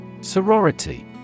Sorority